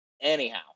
Anyhow